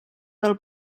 del